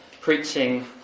preaching